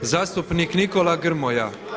Zastupnik Nikola Grmoja!